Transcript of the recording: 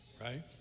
right